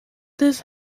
this